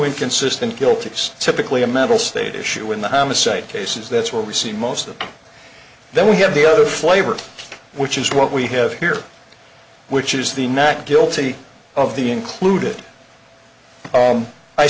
inconsistent kilties typically a mental state issue in the homicide cases that's where we see most of then we have the other flavor which is what we have here which is the not guilty of the included